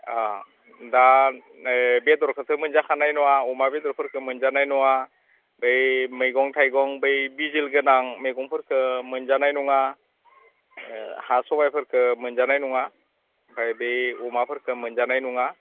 अ दा बेदरखौथ' मोनजाखानाय नङा अमा बेदरफोरखौ मोनजानाय नङा बे मैगं थाइगं बै बिजिलगोनां मैगंफोरखौ मोनजानाय नङा हा सबाइफोरखौ मोनजानाय नङा ओमफ्राय बे अमाफोरखौ मोनजानाय नङा